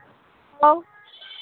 hello